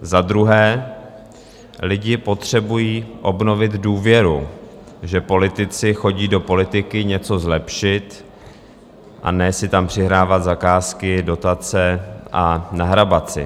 Za druhé, lidé potřebují obnovit důvěru, že politici chodí do politiky něco zlepšit, a ne si tam přihrávat zakázky, dotace a nahrabat si.